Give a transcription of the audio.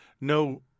No